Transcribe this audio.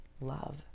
love